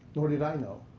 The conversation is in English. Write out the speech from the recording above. nor did i know,